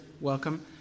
welcome